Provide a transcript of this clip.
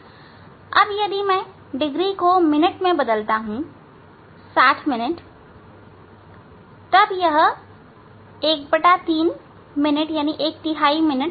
अब यदि मैं डिग्री को मिनट में बदलू 60 मिनट तब यह ⅓ मिनट